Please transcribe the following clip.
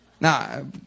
Now